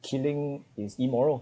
killing is immoral